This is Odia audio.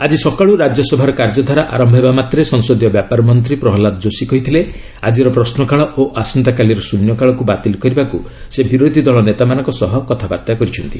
ଆଜି ସକାଳୁ ରାଜ୍ୟସଭାର କାର୍ଯ୍ୟଧାରା ଆରମ୍ଭ ହେବା ମାତ୍ରେ ସଂସଦୀୟ ବ୍ୟାପାର ମନ୍ତ୍ରୀ ପ୍ରହ୍ଲାଦ ଯୋଶୀ କହିଥିଲେ ଆଜିର ପ୍ରଶ୍ନକାଳ ଓ ଆସନ୍ତାକାଲିର ଶୃନ୍ୟକାଳକୁ ବାତିଲ କରିବାକୁ ସେ ବିରୋଧୀଦଳ ନେତାମାନଙ୍କ ସହ କଥାବାର୍ତ୍ତା କରିଛନ୍ତି